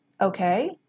Okay